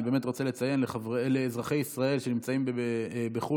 אני באמת רוצה לציין שאזרחי ישראל שנמצאים בחו"ל